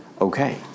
okay